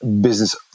business